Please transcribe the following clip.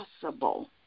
possible